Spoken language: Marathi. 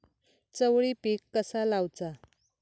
चवळी पीक कसा लावचा?